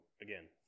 again